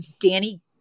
danny